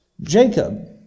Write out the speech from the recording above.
Jacob